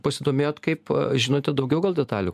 pasidomėjot kaip žinote daugiau gal detalių